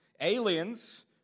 Aliens